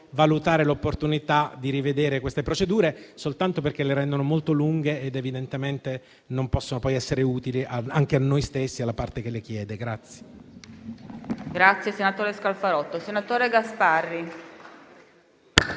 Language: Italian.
valutare l'opportunità di rivedere le procedure, che sono molto lunghe ed evidentemente non possono poi essere utili a noi stessi e alla parte che le chiede.